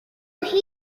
heating